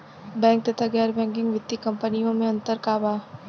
Bank तथा गैर banking वित्तीय कम्पनीयो मे अन्तर का बा?